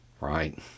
right